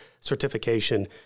certification